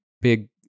big